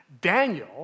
Daniel